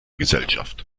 gesellschaft